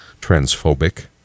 transphobic